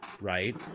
right